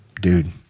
dude